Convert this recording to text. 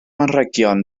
anrhegion